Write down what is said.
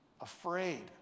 afraid